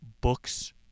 books